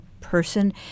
person